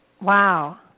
Wow